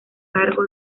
cargo